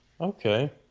Okay